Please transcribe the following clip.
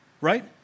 right